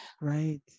Right